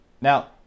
Now